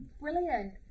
Brilliant